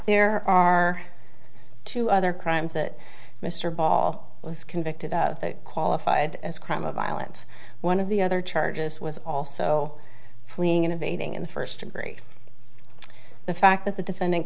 there are two other crimes that mr ball was convicted of qualified as crime of violence one of the other charges was also fleeing innovating in the first degree the fact that the defendant